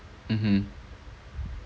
mmhmm